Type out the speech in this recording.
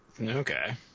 Okay